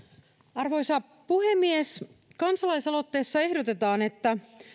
arvoisa puhemies kansalaisaloitteessa ehdotetaan että